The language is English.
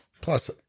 Plus